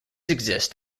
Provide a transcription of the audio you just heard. exist